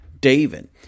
David